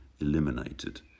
eliminated